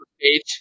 page